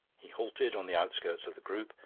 he halted on the outskirts of the group,